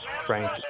Frank